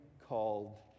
called